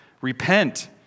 Repent